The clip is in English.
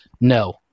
No